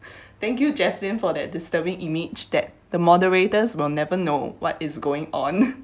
thank you jaslyn for that disturbing image that the moderators we'll never know what is going on